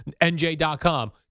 NJ.com